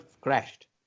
crashed